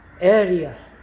area